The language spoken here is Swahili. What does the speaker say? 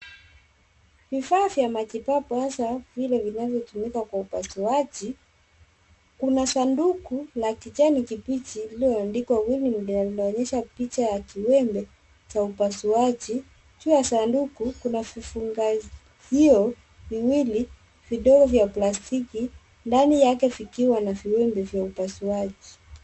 Vifaa vya matibabu hasa vile vinavyotumika kwa upasuaji. Kuna sanduku la kijani kibichi lililoandikwa, winning bell ,imeonyesha picha ya kiwembe cha upasuaji. Juu ya sanduku kuna vifungashio viwili vidogo vya plastiki ndani yake vikiwa na viwembe vya upasuaji.